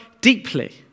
deeply